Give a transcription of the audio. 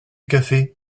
café